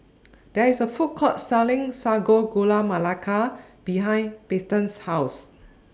There IS A Food Court Selling Sago Gula Melaka behind Peyton's House